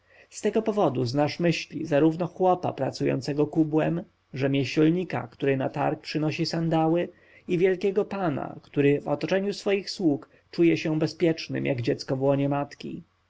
z tego powodu znasz myśli zarówno chłopa pracującego kubłem rzemieślnika który na targ przynosi sandały i wielkiego pana który w otoczeniu swoich sług czuje się bezpiecznym jak dziecko w łonie matki